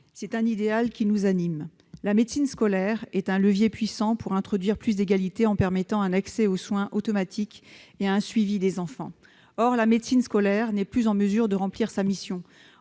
c'est un idéal qui nous anime. La médecine scolaire est un levier puissant pour cela, puisqu'elle permet un accès automatique aux soins et un suivi des enfants. Or la médecine scolaire n'est plus en mesure de remplir sa mission.